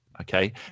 okay